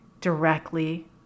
directly